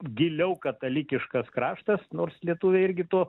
giliau katalikiškas kraštas nors lietuviai irgi tuo